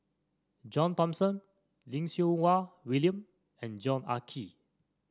John Thomson Lim Siew Wai William and Yong Ah Kee